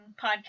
podcast